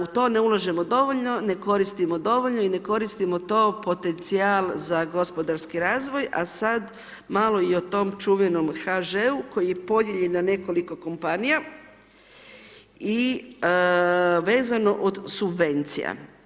U to ulažemo dovoljno, ne koristimo dovoljno i ne koristimo to u potencijal za gospodarski razvoj a sad malo i o tom čuvenom HŽ-u koje je podijeljen na nekoliko kompanija i vezano od subvencija.